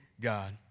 God